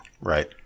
Right